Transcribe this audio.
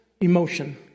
emotion